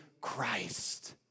Christ